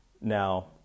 Now